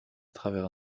travers